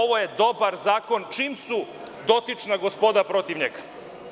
Ovo je dobar zakon čim su dotična gospoda protiv njega.